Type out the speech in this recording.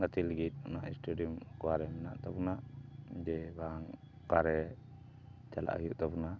ᱜᱟᱛᱮ ᱞᱟᱹᱜᱤᱫ ᱚᱱᱟ ᱥᱴᱮᱰᱤᱭᱟᱢ ᱚᱠᱚᱨᱮ ᱢᱮᱱᱟᱜ ᱛᱟᱵᱚᱱᱟ ᱡᱮ ᱵᱟᱝ ᱚᱠᱟᱨᱮ ᱪᱟᱞᱟᱜ ᱦᱩᱭᱩᱜ ᱛᱟᱵᱚᱱᱟ